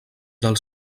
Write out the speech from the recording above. del